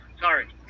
sorry